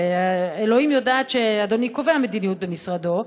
ואלוהים יודעת שאדוני קובע מדיניות במשרדו,